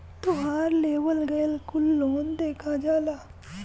तोहार लेवल गएल कुल लोन देखा जाला